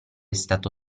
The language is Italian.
stato